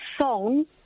song